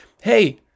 hey